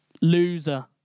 loser